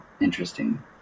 interesting